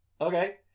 okay